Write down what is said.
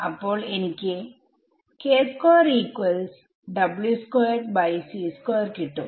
അപ്പോൾ എനിക്ക് കിട്ടും